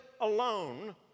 alone